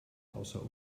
außer